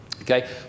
okay